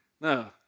No